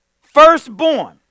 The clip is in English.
firstborn